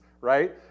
right